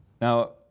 Now